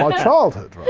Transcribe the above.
ah childhood